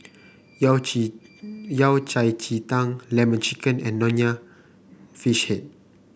yao ji Yao Cai Ji Tang lemon chicken and Nonya Fish Head